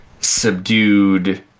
subdued